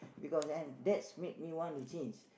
because and that's make me wanna change